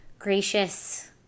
Gracious